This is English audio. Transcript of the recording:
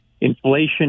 inflation